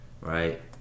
right